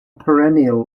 perennial